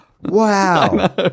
Wow